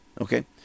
Okay